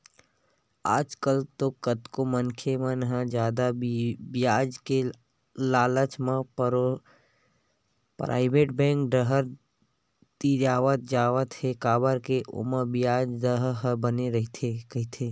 आजकल तो कतको मनखे मन ह जादा बियाज के लालच म पराइवेट बेंक डाहर तिरावत जात हे काबर के ओमा बियाज दर ह बने रहिथे कहिके